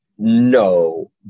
No